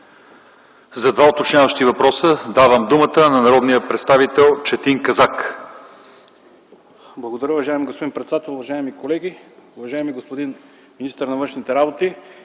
За два уточняващи въпроса давам думата на народния представител Четин Казак. ЧЕТИН КАЗАК (ДПС): Благодаря, уважаеми господин председател. Уважаеми колеги! Уважаеми господин министър на външните работи,